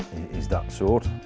is that sort.